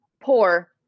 poor